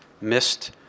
missed